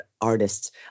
artists